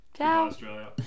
Australia